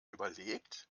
überlegt